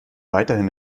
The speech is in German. weiterhin